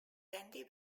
randy